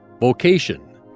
Vocation